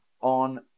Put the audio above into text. on